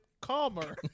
calmer